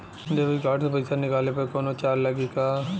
Debit card से पैसा निकलले पर कौनो चार्ज लागि का?